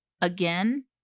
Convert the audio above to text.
again